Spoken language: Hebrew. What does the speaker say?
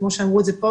כמו שאמרו את זה פה,